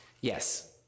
yes